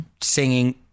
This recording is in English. singing